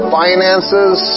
finances